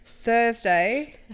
Thursday